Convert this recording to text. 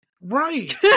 right